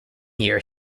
year